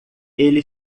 ele